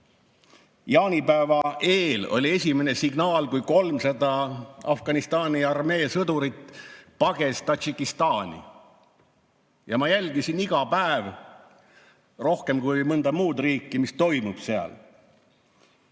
Jaanipäeva eel oli esimene signaal, kui 300 Afganistani armee sõdurit pages Tadžikistani. Ma jälgisin iga päev rohkem kui mõnda muud riiki, mis toimub seal.